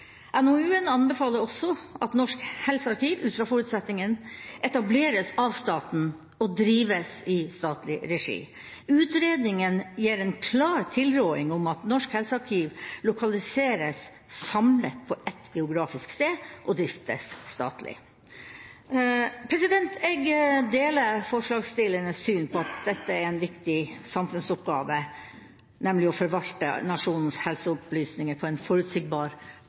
NOU-en anbefaler også at Norsk helsearkiv ut fra forutsetningen etableres av staten og drives i statlig regi. Utredningen gir en klar tilråding om at Norsk helsearkiv lokaliseres samlet på ett geografisk sted og driftes statlig. Jeg deler forslagsstillernes syn på at det er en viktig samfunnsoppgave å forvalte nasjonens helseopplysninger på en forutsigbar,